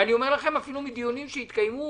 ואני אומר לכם אפילו מדיונים שהתקיימו